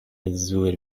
زور